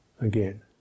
again